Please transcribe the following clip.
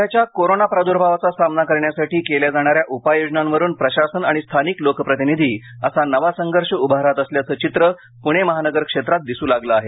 सध्याच्या कोरोना प्राद्र्भावाचा सामना करण्यासाठी केल्या जाणाऱ्या उपाय योजनांवरून प्रशासन आणि स्थानिक लोकप्रतिनिधी असा नवा संघर्ष उभा राहत असल्याचं चित्र प्णे महानगर क्षेत्रात दिसू लागलं आहे